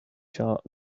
chart